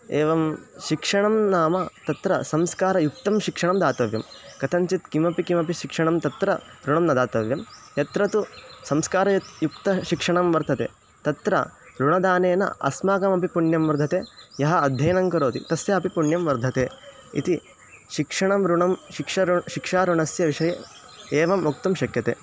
एवं शिक्षणं नाम तत्र संस्कारयुक्तं शिक्षणं दातव्यं कथञ्चित् किमपि किमपि शिक्षणं तत्र ऋणं न दातव्यं यत्र तु संस्कारयुक् युक्तशिक्षणं वर्तते तत्र ऋणदानेन अस्माकमपि पुण्यं वर्धते यः अध्ययनं करोति तस्यापि पुण्यं वर्धते इति शिक्षणं ऋणं शिक्षऋ शिक्षाऋणस्य विषये एवं वक्तुं शक्यते